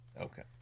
Okay